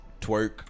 twerk